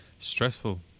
Stressful